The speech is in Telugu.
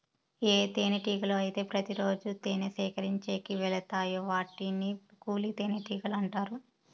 ఏ తేనెటీగలు అయితే ప్రతి రోజు తేనె సేకరించేకి వెలతాయో వాటిని కూలి తేనెటీగలు అంటారు